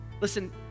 Listen